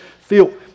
feel